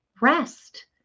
rest